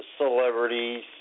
Celebrities